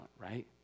right